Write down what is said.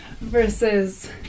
versus